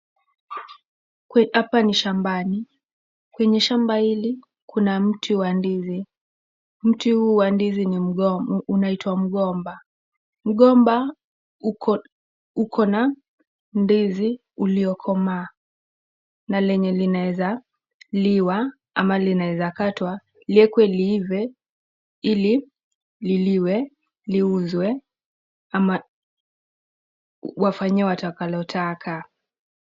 Hapa ni shambani, kwenye shamba hili kuna mti wa ndizi. Mti huu wa ndizi ni mgomba, unaitwa mgomba. Mgomba uko ukona ndizi uliokomaa na lenye linaeza liwa ama linaeza katwa liekwe liive ili liliwe, liuzwe ama wafanyie watakalotaka.